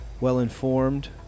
well-informed